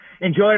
enjoy